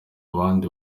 abandi